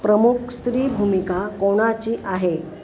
प्रमुख स्त्री भूमिका कोणाची आहे